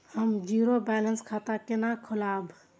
हम zero balance खाता केना खोलाब?